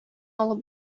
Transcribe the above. алып